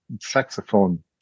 saxophone